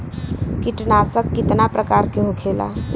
कीटनाशक कितना प्रकार के होखेला?